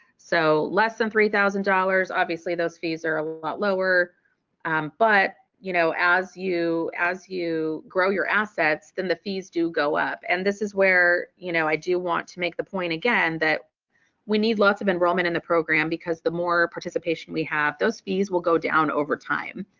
so less than three thousand dollars obviously those fees are a lot lower um but you know as you as you grow your assets then the fees do go up and this is where you know i do want to make the point again that we need lots of enrollment in the program because the more participation we have those fees will go down over time.